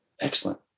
Excellent